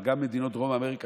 אבל גם מדינות דרום אמריקה,